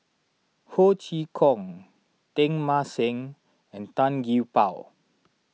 Ho Chee Kong Teng Mah Seng and Tan Gee Paw